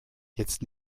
jetzt